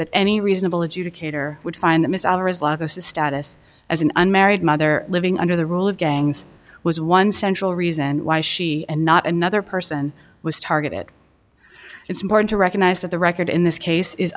that any reasonable adjudicator would find the missile or is a lot of us a status as an unmarried mother living under the rule of gangs was one central reason why she and not another person was targeted it's important to recognize that the record in this case is